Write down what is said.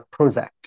Prozac